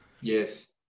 Yes